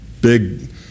big